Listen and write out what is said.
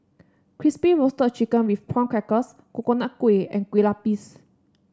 Crispy Roasted Chicken with Prawn Crackers Coconut Kuih and Kueh Lupis